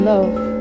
love